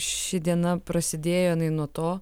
ši diena prasidėjo jinai nuo to